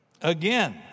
Again